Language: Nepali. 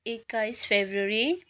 एक्काइस फेब्रुअरी